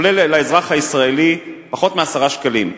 עולה לאזרח הישראלי פחות מ-10 שקלים,